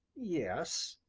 yes,